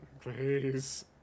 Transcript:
Please